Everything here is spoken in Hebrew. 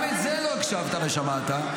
גם לזה לא הקשבת ולא שמעת,